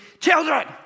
Children